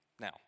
Now